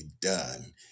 done